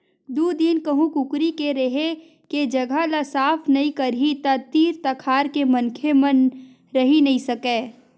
दू दिन कहूँ कुकरी के रेहे के जघा ल साफ नइ करही त तीर तखार के मनखे मन रहि नइ सकय